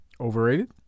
overrated